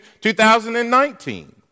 2019